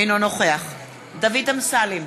אינו נוכח דוד אמסלם,